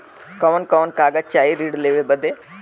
कवन कवन कागज चाही ऋण लेवे बदे?